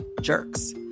jerks